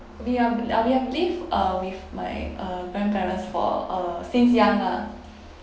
we ah uh we have lived uh with my uh grandparents for uh since young ah